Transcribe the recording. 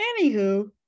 anywho